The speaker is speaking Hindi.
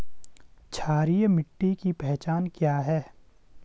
क्षारीय मिट्टी की पहचान क्या है?